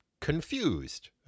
confused